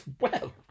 well